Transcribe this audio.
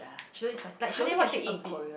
she don't eat spi~ like she only can take a bit